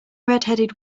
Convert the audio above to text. redheaded